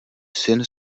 syn